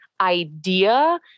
idea